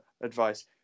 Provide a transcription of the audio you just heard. advice